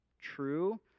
true